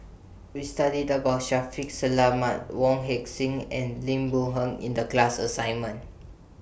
We studied about Shaffiq Selamat Wong Heck Sing and Lim Boon Heng in The class assignment